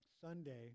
Sunday